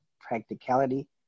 practicality